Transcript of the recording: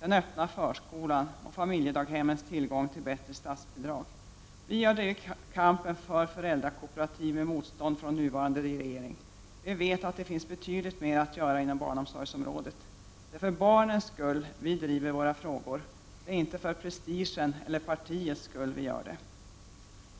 den öppna förskolan och familjedaghemmens tillgång till bättre statsbidrag. Vi har drivit kampen för föräldrakooperativ med motstånd från nuvarande regering. Vi vet att det finns betydligt mer att göra inom barnomsorgsområdet. Det är för barnens skull vi driver våra frågor! Det är inte för prestigens eller partiets skull vi gör det.